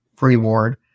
reward